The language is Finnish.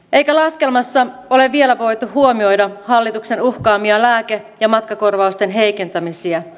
eikä laskelmassa ole vielä voitu huomioida hallituksen uhkaamia lääke ja matkakorvausten heikentämisiä